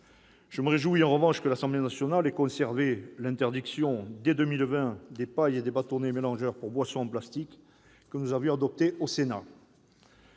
Je me réjouis en revanche que l'Assemblée nationale ait conservé l'interdiction, dès 2020, des pailles et des bâtonnets mélangeurs en plastique pour boissons, que nous avions adoptée au Sénat.